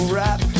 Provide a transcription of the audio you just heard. rap